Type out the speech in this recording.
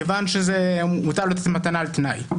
מכיוון שזה ניתן לפי "מתנה על תנאי".